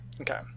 Okay